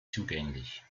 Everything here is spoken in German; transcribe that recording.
zugänglich